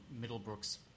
Middlebrook's